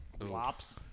Lops